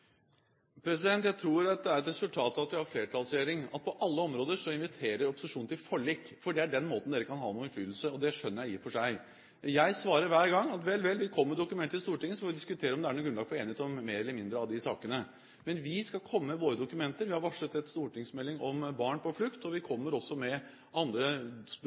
Jeg tror det er et resultat av at vi har en flertallsregjering at opposisjonen inviterer til forlik på alle områder, for det er på den måten dere kan ha noen innflytelse. Det skjønner jeg i og for seg. Jeg svarer hver gang at vel, vel, kom med dokumenter til Stortinget, og så får vi diskutere om det er noe grunnlag for enighet om mer eller mindre av de sakene. Men vi skal komme med våre dokumenter. Vi har varslet en stortingsmelding om barn på flukt, og vi kommer også med budsjettforslag og andre